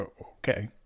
okay